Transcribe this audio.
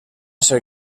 ser